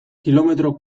kilometro